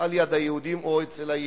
על היהודים או אצל היהודים.